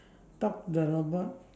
talk the robot